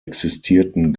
existierten